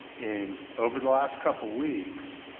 and over the last couple weeks,